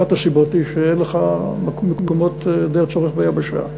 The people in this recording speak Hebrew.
אחת הסיבות היא שאין לך מקומות די הצורך ביבשה.